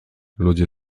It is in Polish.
ludzie